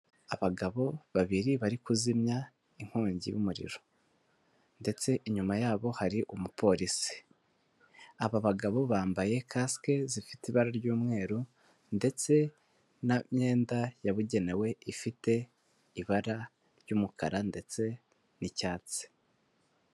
Abagabo babiri bari kuzimya inkongi y'umuriro ndetse inyuma yabo hari umupolisi, aba bagabo bambaye kasike zifite ibara ry'umweru ndetse n'imyenda yabugenewe ifite ibara ry'umukara ndetse n'icyatsi.